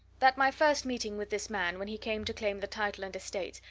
that my first meeting with this man, when he came to claim the title and estates,